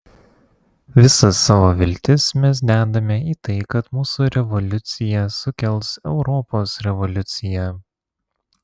visas savo viltis mes dedame į tai kad mūsų revoliucija sukels europos revoliuciją